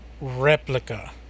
Replica